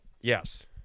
Yes